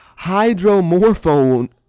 hydromorphone